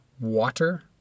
Water